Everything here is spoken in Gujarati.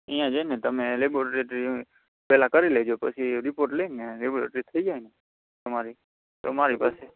ત્યાં જઈને તમે લૅબોરેટરી પહેલાં કરી લેજો પછી રિપોર્ટ લઈને લૅબોરેટરી થઈ જાય ને તમારી તો મારી પાસે